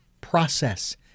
process